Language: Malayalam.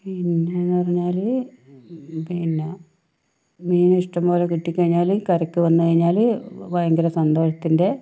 പിന്നെന്ന് പറഞ്ഞാല് പിന്നെ മീൻ ഇഷ്ടംപോലെ കിട്ടിക്കഴിഞ്ഞാല് കരയ്ക്ക് വന്ന് കഴിഞ്ഞാല് ഭയങ്കര സന്തോഷത്തിൻ്റെ